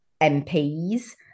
MPs